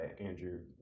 Andrew